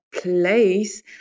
place